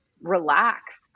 relaxed